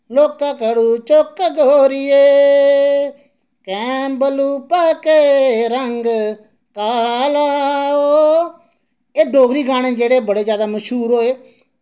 लोह्का घाड़ू चुक गोरिये कैम्बलू पक्के रंग काला ओ एह् डोगरी गाने जेह्ड़े बड़े ज्यादा मश्हूर होए